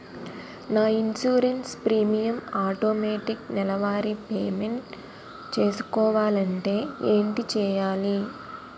నా insurance premium automatic నెలవారి payment చేసుకోవాలంటే ఏంటి చేయాలి?